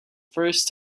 first